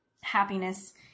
Happiness